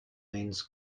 means